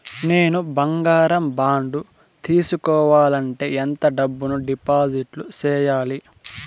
నేను బంగారం బాండు తీసుకోవాలంటే ఎంత డబ్బును డిపాజిట్లు సేయాలి?